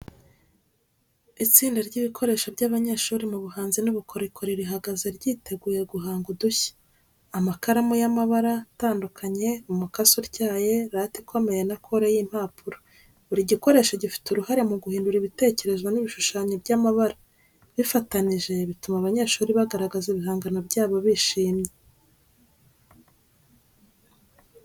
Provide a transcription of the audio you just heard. Itsinda ry'ibikoresho by’abanyeshuri mu buhanzi n’ubukorikori rihagaze ryiteguye guhanga udushya: amakaramu y’amabara atandukanye, umukasi utyaye, rate ikomeye na kore y'impapuro. Buri gikoresho gifite uruhare mu guhindura ibitekerezo n'ibishushanyo by’amabara. Bifatanyije, bituma abanyeshuri bagaragaza ibihangano byabo bishimye.